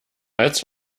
als